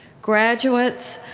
graduates,